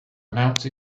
announce